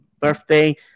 birthday